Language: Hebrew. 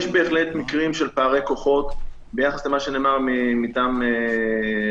יש בהחלט מקרים של פערי כוחות ביחס למה שנאמר מטעם רקמן,